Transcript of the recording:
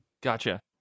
Gotcha